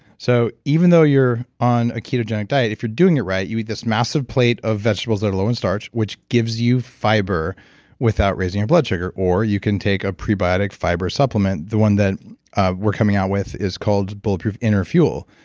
so even though you're on a ketogenic diet, if you're doing it right, you eat this massive plate of vegetables that are low in starch, which gives you fiber without raising your blood sugar. or, you can take a prebiotic fiber supplement, the one that we're coming out with is called bulletproof inner fuel.